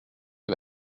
les